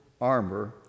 armor